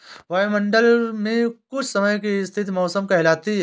वायुमंडल मे कुछ समय की स्थिति मौसम कहलाती है